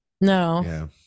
no